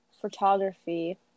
photography